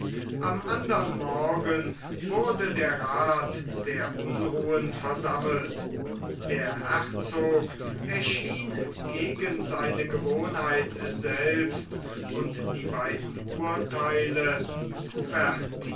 am andern morgen wurde der rath der unruhen versammelt der herzog erschien gegen seine gewohnheit selbst und die beiden urtheile